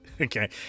Okay